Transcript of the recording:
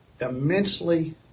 immensely